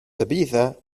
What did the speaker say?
tabitha